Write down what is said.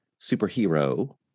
superhero